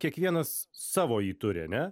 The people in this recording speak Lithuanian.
kiekvienas savo jį turi ane